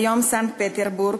כיום סנט-פטרסבורג,